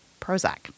Prozac